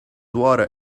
water